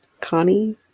Connie